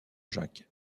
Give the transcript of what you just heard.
jacques